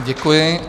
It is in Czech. Děkuji.